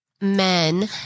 men